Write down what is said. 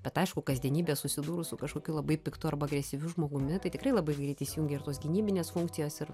bet aišku kasdienybė susidūrus su kažkokiu labai piktu arba agresyviu žmogumi tai tikrai labai greitai įsijungia ir tos gynybinės funkcijos ir